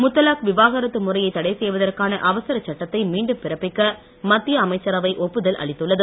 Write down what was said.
முத்தலாக் விவாகரத்து முறையை தடை செய்வதற்கான அவசரச் சட்டத்தை மீண்டும் பிறப்பிக்க மத்திய அமைச்சரவை ஒப்புதல் அளித்துள்ளது